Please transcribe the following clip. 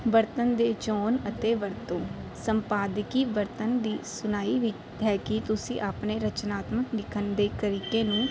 ਵਰਤਣ ਦੀ ਚੋਣ ਅਤੇ ਵਰਤੋਂ ਸੰਪਾਦਕੀ ਵਰਤਣ ਦੀ ਸੁਣਾਈ ਵੀ ਹੈ ਕਿ ਤੁਸੀਂ ਆਪਣੇ ਰਚਨਾਤਮਕ ਲਿਖਣ ਦੇ ਤਰੀਕੇ ਨੂੰ